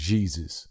Jesus